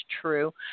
true